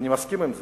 אני מסכים עם זה,